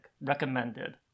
Recommended